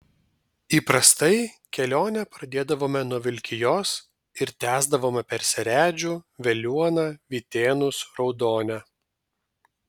įprastai kelionę pradėdavome nuo vilkijos ir tęsdavome per seredžių veliuoną vytėnus raudonę